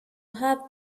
have